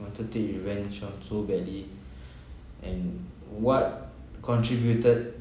wanted take revenge so so badly and what contributed